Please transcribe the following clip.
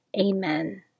Amen